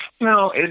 No